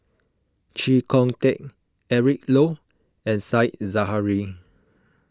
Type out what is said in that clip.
Chee Kong Tet Eric Low and Said Zahari